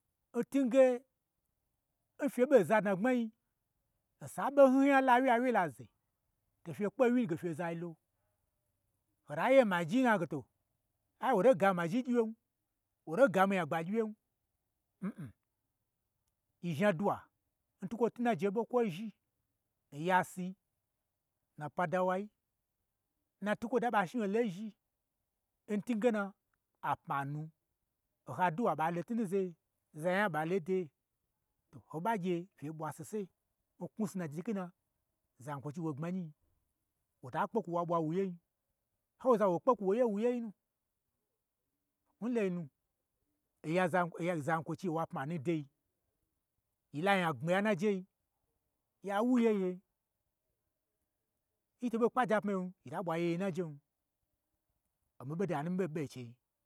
N tunge, n fye ɓon za dnagbmai, osan nnyin hnyin ya la, ho ɓa gye awye laze, to fye kpe nwyii nu ge fye nzai lo, hota ye maji nayi hange to, ai woto gami maji gyi wyen, wuto gami nyagba gyiwyen, mmm, yi zhna dwuwa, n twukwo twu n naje ɓo kwo n zhi, nya sii, n na pan dawa yii, n na twu kwo da n ɓa shni nyi lolo nzhi, n tunge, na na pma nu, oha dwuwa ɓa lotnutn n zaye, zaga nya ɓa lo ndeye, to ho ɓa gye fye ɓwa sese n knwusnu n najei n twuge na, zankwochi wo ta kpe kwu wa ɓwa wu yein, n ha gyeza wo kpe kwu wo ye wo yei nu, n lai nu, oya zan kwo oya zan kwochi oya pma nu n doi, yi nya gbmi yan najei, ya wu yeye, nyi to ɓo kpaje apmaye, yita ɓwa yeye n najen, omii ɓoda nu nmii ɓo ɓe nchei